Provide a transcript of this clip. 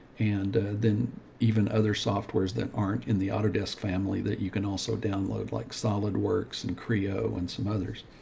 and then even other softwares that aren't in the autodesk family, that you can also download like solidworks and creo and some others.